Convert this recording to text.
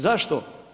Zašto?